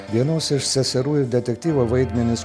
vienos iš seserų ir detektyvo vaidmenis